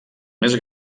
més